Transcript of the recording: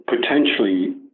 potentially